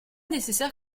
nécessaire